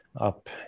up